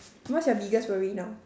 what's your biggest worry now